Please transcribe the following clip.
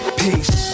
peace